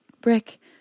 Brick